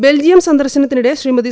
Belgium സന്ദർശനത്തിനിടെ ശ്രീമതി